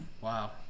Wow